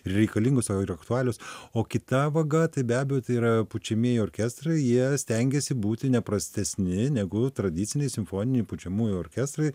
ir reikalingos sau ir aktualios o kita vaga tai be abejo tai yra pučiamieji orkestrai jie stengiasi būti neprastesni negu tradiciniai simfoniniai pučiamųjų orkestrai